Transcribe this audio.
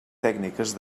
tècniques